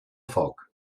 foc